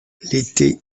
l’été